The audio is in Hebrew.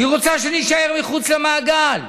היא רוצה שנישאר מחוץ למעגל.